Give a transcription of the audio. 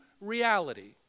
reality